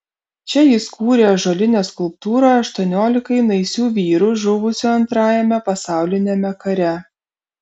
čia jis kūrė ąžuolinę skulptūrą aštuoniolikai naisių vyrų žuvusių antrajame pasauliniame kare